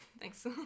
thanks